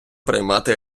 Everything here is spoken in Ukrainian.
приймати